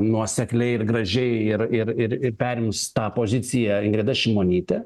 nuosekliai ir gražiai ir ir ir ir perims tą poziciją ingrida šimonytė